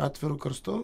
atviru karstu